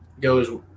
goes